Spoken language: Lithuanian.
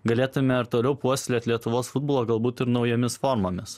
galėtume ir toliau puoselėt lietuvos futbolą galbūt ir naujomis formomis